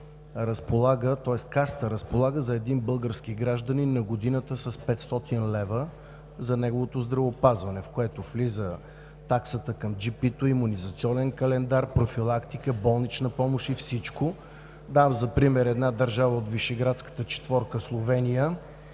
Касата разполага за един български гражданин на годината с 500 лв. за неговото здравеопазване, в което влиза таксата към джипито, имунизационен календар, профилактика, болнична помощ и всичко. Давам за пример една държава от Вишеградската четворка – Словения.